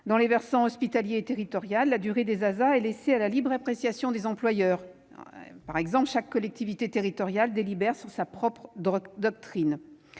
publiques hospitalière et territoriale, la durée des ASA est laissée à la libre appréciation des employeurs ; chaque collectivité territoriale délibère sur sa propre doctrine.